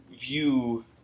view